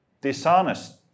dishonest